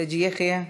חאג' יחיא,